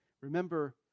Remember